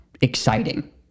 exciting